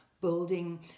building